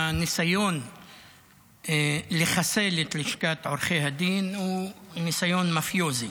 הניסיון לחסל את לשכת עורכי הדין הוא ניסיון מפיוזי